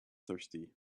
thirsty